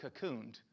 cocooned